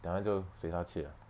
that [one] 就随他去 ah